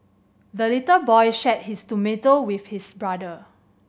the little boy shared his tomato with his brother